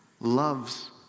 loves